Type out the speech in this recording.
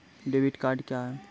Debit card क्या हैं?